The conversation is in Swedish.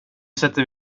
sätter